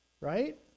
Right